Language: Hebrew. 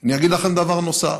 אני אגיד לכם דבר נוסף.